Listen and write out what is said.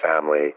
family